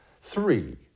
Three